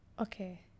Okay